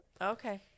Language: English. Okay